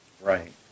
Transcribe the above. Right